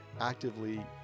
actively